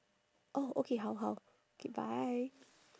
oh okay 好好 okay bye